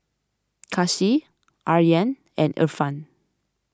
Kasih Aryan and Irfan